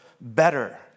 better